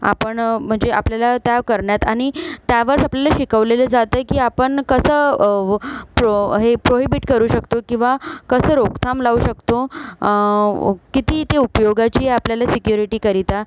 आपण म्हणजे आपल्याला त्या करण्यात आणि त्यावरच आपल्याला शिकवलं जातं आहे की आपण कसं व प्रो हे प्रोहिबिट करू शकतो किंवा कसं रोकथाम लावू शकतो किती ते उपयोगाची आहे आपल्याला सिक्युरिटीकरिता